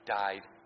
died